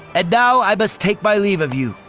and now, i must take my leave of you.